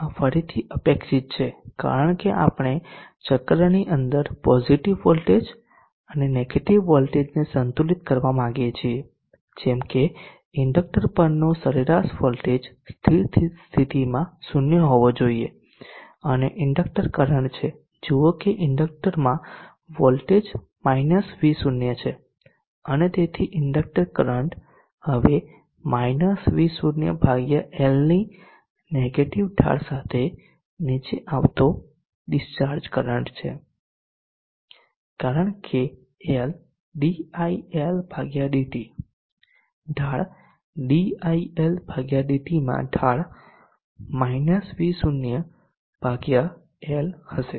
આ ફરીથી અપેક્ષિત છે કારણ કે આપણે ચક્રની અંદર પોઝીટીવ વોલ્ટેજ અને નેગેટીવ વોલ્ટેજને સંતુલિત કરવા માંગીએ છીએ જેમ કે ઇન્ડકક્ટર પરનો સરેરાશ વોલ્ટેજ સ્થિર સ્થિતિમાં 0 હોવો જોઈએ અને ઇનડક્ટર કરંટ છે જુઓ કે ઇન્ડક્ટરમાં વોલ્ટેજ -V0 છે અને તેથી ઇનડક્ટર કરંટ હવે V0 L ની નેગેટીવ ઢાળ સાથે નીચે આવતો ડિસ્ચાર્જ કરંટ છે કારણ કે VLLdIL dt ઢાળ dIL dt માં ઢાળ -V0 L હશે